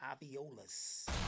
aviolas